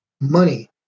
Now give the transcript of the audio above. money